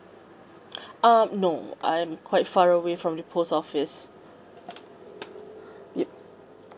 uh no I'm quite far away from the post office yup